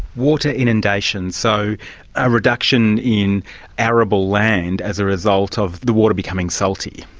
water inundation, so a reduction in arable land as a result of the water becoming salty.